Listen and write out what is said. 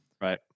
Right